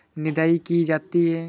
निदाई की जाती है?